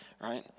right